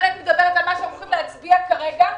אני מדברת על מה שהוועדה הולכת להצביע עליו כרגע.